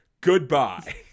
goodbye